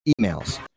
emails